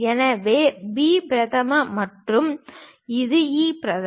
எனவே B பிரதம மற்றும் இது E பிரதம